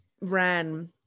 ran